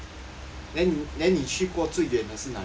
then then 你去过最远的是哪里